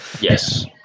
Yes